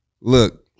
look